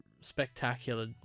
spectacular